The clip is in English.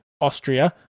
Austria